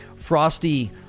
frosty